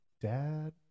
Dad